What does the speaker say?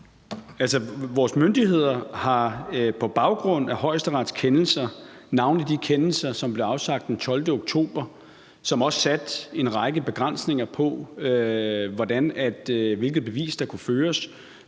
vores myndigheder har jo ageret på baggrund af Højesterets kendelser, navnlig de kendelser, som blev afsagt den 12. oktober, og som også satte en række begrænsninger for, hvilket bevis der kunne føres,